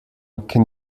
can